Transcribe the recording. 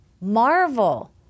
Marvel